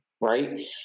Right